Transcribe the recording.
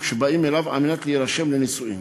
שבאים אליו על מנת להירשם לנישואים,